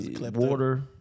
water